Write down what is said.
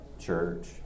church